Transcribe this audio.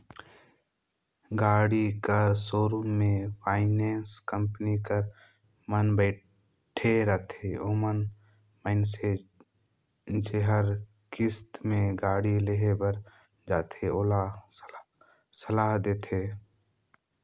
गाड़ी कर सोरुम में फाइनेंस कंपनी कर मन बइठे रहथें ओमन मइनसे जेहर किस्त में गाड़ी लेहे बर जाथे ओला सलाह देथे